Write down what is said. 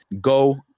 go